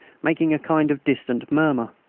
making a kind of distant murmur.